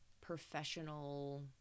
professional